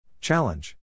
Challenge